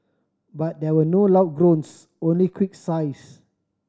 but there were no loud groans only quick sighs